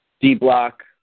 D-Block